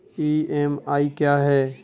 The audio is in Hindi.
ई.एम.आई क्या है?